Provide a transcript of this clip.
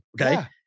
Okay